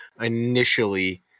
initially